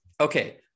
okay